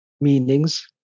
meanings